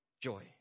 joy